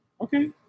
Okay